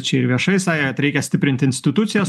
čia ir viešai sakė kad reikia stiprinti institucijas